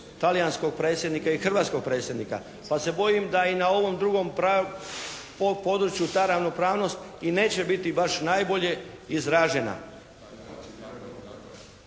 talijanskog predsjednika i hrvatskog predsjednika. Pa se bojim da i na ovom drugom tragu o području ta ravnopravnost i neće biti baš najbolje izražena.